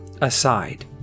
aside